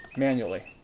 manually.